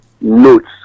notes